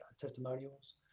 testimonials